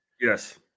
Yes